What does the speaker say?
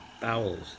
bowels